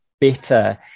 better